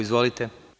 Izvolite.